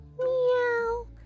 Meow